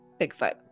Bigfoot